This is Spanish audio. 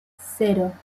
cero